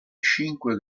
cinque